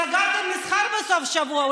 סגרתם את המסחר בסוף השבוע,